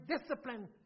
discipline